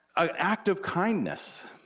an act of kindness,